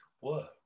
work